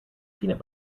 peanut